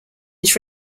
his